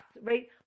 right